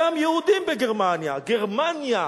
גם יהודים בגרמניה: "גרמניה,